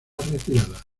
retirada